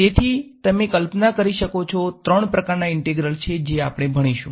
તેથી તમે કલ્પના કરી શકો છો ત્રણ પ્રકારનાં ઈંટેગ્રલ્સ છે જે આપણે ભણીશુ